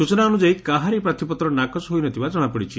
ସ୍ଚନା ଅନୁଯାୟୀ କାହାରି ପ୍ରାର୍ଥୀପତ୍ର ନାକଚ ହୋଇ ନ ଥିବା ଜଣାପଡ଼ିଛି